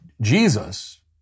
Jesus